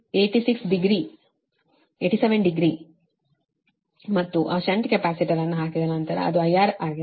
86 degree 87 degree ಮತ್ತು ಆ shunt capacitor ಅನ್ನು ಹಾಕಿದ ನಂತರ ಇದು IR ಆಗಿದೆ